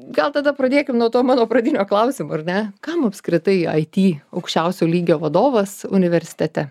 gal tada pradėkim nuo to mano pradinio klausimo ar ne kam apskritai aity aukščiausio lygio vadovas universitete